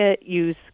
use